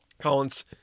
Collins